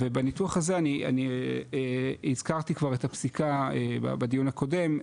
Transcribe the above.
ובניתוח הזה אני הזכרתי כבר את הפסיקה בדיון הקודם,